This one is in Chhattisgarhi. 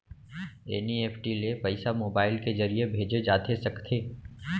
एन.ई.एफ.टी ले पइसा मोबाइल के ज़रिए भेजे जाथे सकथे?